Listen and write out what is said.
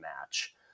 match